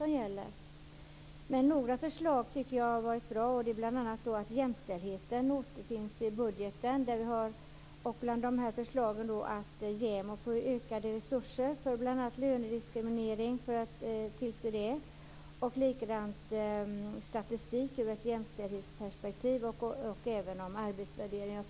Men några förslag har varit bra, bl.a. att jämställdheten återfinns i budgeten och förslagen om ökade resurser till JämO för att bl.a. motverka lönediskriminering liksom statistik med ett jämställdhetsperspektiv och förslaget om arbetsvärderingar.